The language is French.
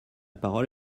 parole